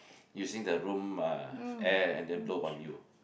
using the room uh air and then blow on you